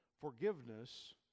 forgiveness